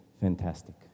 Fantastic